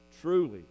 truly